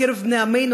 מקרב בני עמנו,